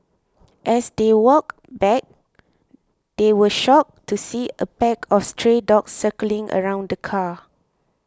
as they walked back they were shocked to see a pack of stray dogs circling around the car